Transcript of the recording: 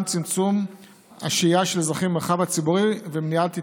צמצום השהייה של אזרחים במרחב הציבורי ומניעת התקהלויות.